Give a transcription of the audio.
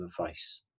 advice